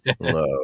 Hello